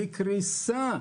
הן בקריסה,